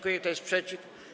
Kto jest przeciw?